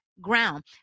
ground